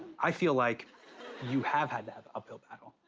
i feel like you have had that uphill battle.